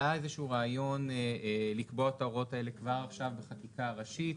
עלה איזה שהוא רעיון לקבוע את ההוראות האלה כבר עכשיו בחקיקה הראשית,